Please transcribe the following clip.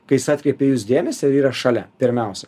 kai jis atkreipia į jus dėmesį ir yra šalia pirmiausia